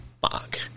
fuck